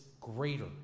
greater